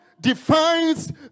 defines